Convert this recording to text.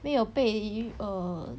没有被 err